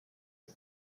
les